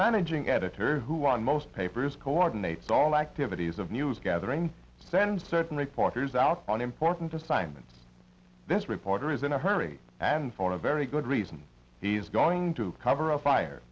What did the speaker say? managing editor who on most papers coordinate all activities of news gathering to send certain reporters out on important assignments this reporter is in a hurry and for a very good reason he's going to cover a fire